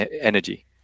energy